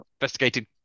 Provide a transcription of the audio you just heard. investigated